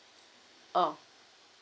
oh